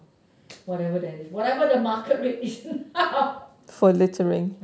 whatever that is whatever the market rate is